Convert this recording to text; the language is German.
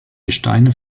gesteine